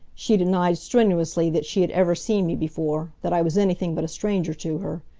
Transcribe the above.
she denied strenuously that she had ever seen me before, that i was anything but a stranger to her.